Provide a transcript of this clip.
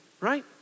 right